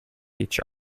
each